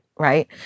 right